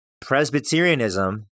Presbyterianism